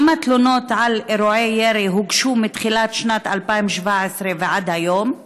1. כמה תלונות על אירועי ירי הוגשו מתחילת שנת 2017 ועד היום?